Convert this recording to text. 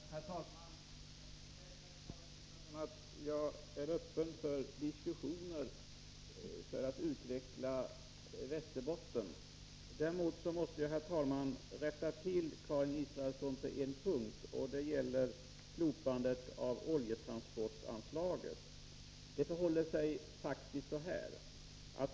Herr talman! Jag försäkrar Karin Israelsson att jag är öppen för diskussioner för att utveckla Västerbotten. Däremot måste jag, herr talman, rätta Karin Israelsson på en punkt, nämligen beträffande slopandet av oljetransportanslaget. Det förhåller sig faktiskt så här.